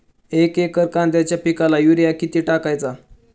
एक एकर कांद्याच्या पिकाला युरिया किती टाकायचा?